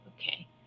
Okay